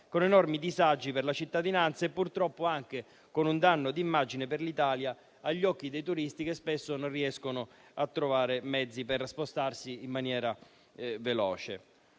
con enormi disagi per la cittadinanza e purtroppo anche con un danno di immagine per l'Italia agli occhi dei turisti, che spesso non riescono a trovare mezzi per spostarsi in maniera veloce.